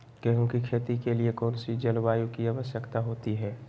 गेंहू की खेती के लिए कौन सी जलवायु की आवश्यकता होती है?